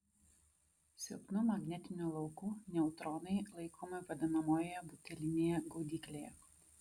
silpnu magnetiniu lauku neutronai laikomi vadinamojoje butelinėje gaudyklėje